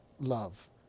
love